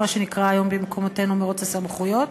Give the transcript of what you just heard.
מה שנקרא היום במקומותינו "מירוץ הסמכויות",